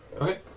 okay